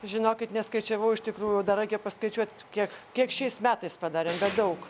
žinokit neskaičiavau iš tikrųjų dar reikia paskaičiuot kiek kiek šiais metais padarėm daug